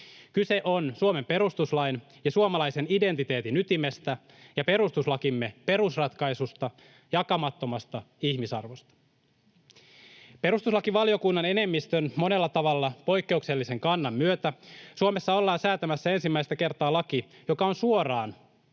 Kyse on Suomen perustuslain ja suomalaisen identiteetin ytimestä ja perustuslakimme perusratkaisusta jakamattomasta ihmisarvosta. Perustuslakivaliokunnan enemmistön monella tavalla poikkeuksellisen kannan myötä Suomessa ollaan säätämässä ensimmäistä kertaa laki, joka on suoraan